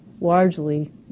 largely